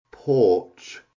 porch